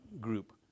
group